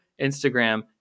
Instagram